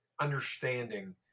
understanding